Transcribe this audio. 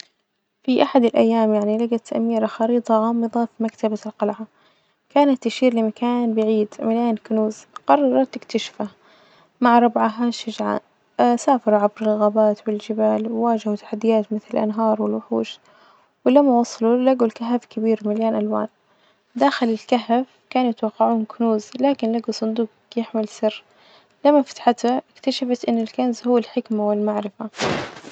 في أحد الأيام يعني لجت أميرة خريطة غامضة في مكتبة القلعة، كانت تشير لمكان بعيد مليان كنوز، قررت تكتشفه مع ربعها الشجعان سافروا عبر الغابات والجبال، وواجهوا تحديات مثل الأنهار والوحوش، ولما وصلوا لجوا الكهف كبير مليان ألوان، داخل الكهف كانوا يتوقعون كنوز لكن لجوا صندوق يحمل سر، لما فتحته إكتشفت إن الكنز هو الحكمة والمعرفة.